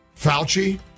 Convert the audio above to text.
Fauci